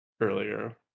earlier